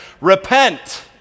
repent